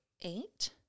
eight